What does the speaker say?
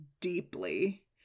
deeply